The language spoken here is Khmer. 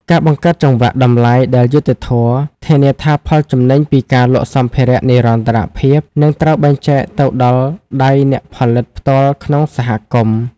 ការបង្កើតចង្វាក់តម្លៃដែលយុត្តិធម៌ ធានាថាផលចំណេញពីការលក់សម្ភារៈនិរន្តរភាពនឹងត្រូវបែងចែកទៅដល់ដៃអ្នកផលិតផ្ទាល់ក្នុងសហគមន៍។